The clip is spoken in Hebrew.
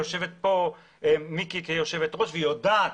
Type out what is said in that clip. יושבת פה מיקי כיושבת-ראש והיא יודעת,